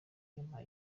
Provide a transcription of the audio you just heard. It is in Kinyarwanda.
nyuma